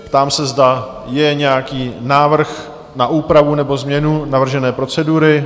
Ptám se, zda je nějaký návrh na úpravu nebo změnu navržené procedury?